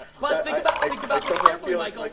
but think about think about this carefully like like